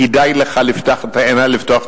כדאי לך לפתוח את העיניים,